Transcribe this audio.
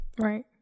Right